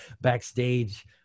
backstage